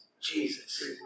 Jesus